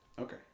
Okay